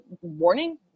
warning